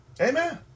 Amen